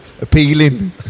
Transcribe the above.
appealing